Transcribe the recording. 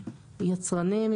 יצואנים,